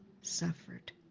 suffered